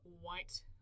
white